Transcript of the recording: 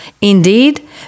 Indeed